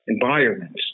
environments